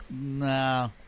nah